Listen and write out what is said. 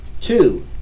Two